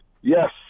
Yes